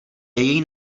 její